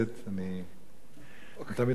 אני תמיד עושה את זה,